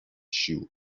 sił